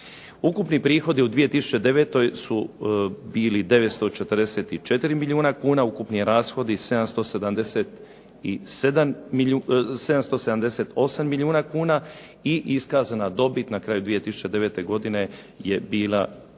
Ukupni prihodi u 2009. su bili 944 milijuna kuna, ukupni rashodi 778 milijuna kuna i iskazana dobit na kraju 2009. godine je bila